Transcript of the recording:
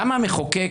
למה המחוקק,